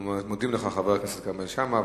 אנחנו מודים לך, חבר הכנסת כרמל שאמה.